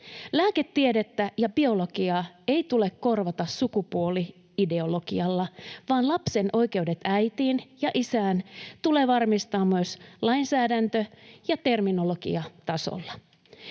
Lääketiedettä ja biologiaa ei tule korvata sukupuoli-ideologialla, vaan lapsen oikeudet äitiin ja isään tulee varmistaa myös lainsäädäntö- ja terminologiatasolla.